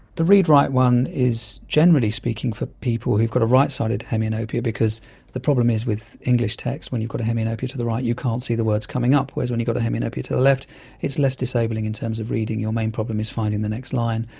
the read-right one is generally speaking for people who've got a right-sided hemianopia because the problem is with english text, when you've got a hemianopia to the right you can't see the words coming up, whereas when you've got a hemianopia to the left it's less disabling in terms of reading, your main problem is finding the next line,